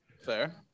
Fair